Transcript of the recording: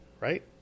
right